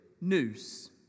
news